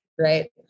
Right